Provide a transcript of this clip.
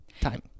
time